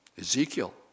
Ezekiel